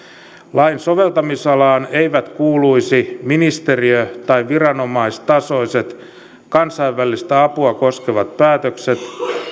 lain soveltamisalaan eivät kuuluisi ministeriö tai viranomaistasoiset kansainvälistä apua koskevat päätökset